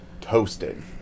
toasted